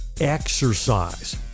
exercise